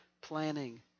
planning